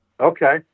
Okay